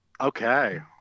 Okay